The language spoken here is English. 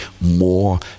more